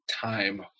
time